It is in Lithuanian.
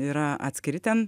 yra atskiri ten